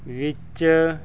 ਵਿੱਚ